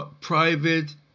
private